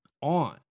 on